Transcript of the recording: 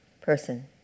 person